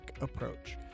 approach